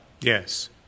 yes